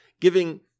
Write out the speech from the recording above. giving